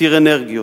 עתיר אנרגיות,